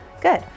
Good